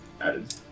added